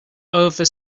over